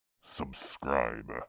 Subscribe